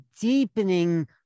deepening